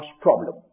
problem